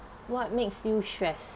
what makes you stress